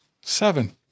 Seven